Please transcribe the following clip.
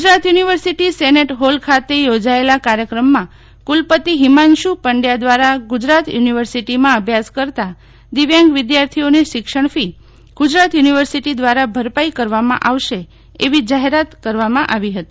Gujarat university senate હોલખાતે યોજાયેલ કાર્ય્કરમમાં કુલપતિ હિમાંશુ પંડચા દ્વારા ગુજરાત યુનિવર્સિટીમાં અભ્યાસ કરતા દિવ્યાંગ વિદ્યાર્થીઓની શિક્ષણ ફી ગુજરાત યુનિવર્સિટી દ્વારા ભરપાઈ કરવામાં આવશે એવી જાહેરાત કરી હતી